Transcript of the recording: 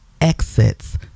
exits